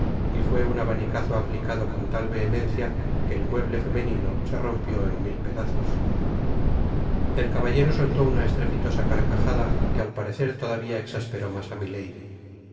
y fué un abanicazo aplicado con tal vehemencia que el mueble femenino se rompió en mil pedazos el caballero soltó una estrepitosa carcajada que al parecer todavia exasperó mas á milady